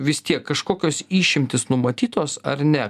vis tiek kažkokios išimtys numatytos ar ne